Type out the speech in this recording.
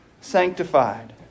sanctified